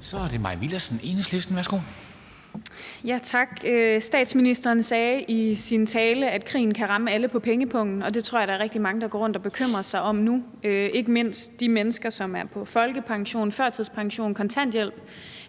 Så er det Mai Villadsen, Enhedslisten. Værsgo. Kl. 13:29 Mai Villadsen (EL): Tak. Statsministeren sagde i sin tale, at krigen kan ramme alle på pengepungen, og det tror jeg der er rigtig mange der går rundt og bekymrer sig om nu, ikke mindst de mennesker, som er på folkepension, førtidspension, kontanthjælp